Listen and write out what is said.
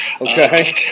Okay